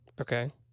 Okay